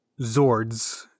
zords